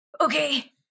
Okay